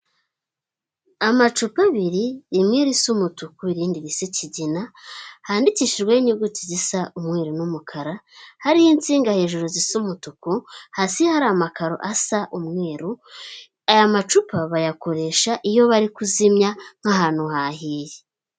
Amacupa abiri rimweri risa umutuku irindi risa ikigina handikishijweho inyuguti zisa umweru n'umukara hariho insinga hejuru zisa umutuku, hasi hari amakaro asa umweru. Aya macupa bayakoresha iyo bari kuzimya nk'ahantu hahiye.